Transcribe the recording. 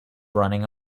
running